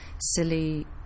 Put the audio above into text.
silly